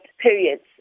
periods